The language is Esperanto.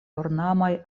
ornamaj